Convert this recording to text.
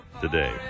today